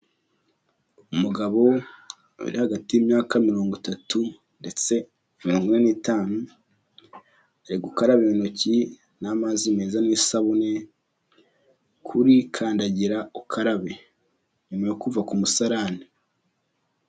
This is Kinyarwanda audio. Umugabo uri hagati y'imyaka mirongo itatu ndetse mirongo ine n'itanu ari gukaraba intoki n'amazi meza n'isabune kuri kandagirukarabe nyuma yo kuva ku musarane.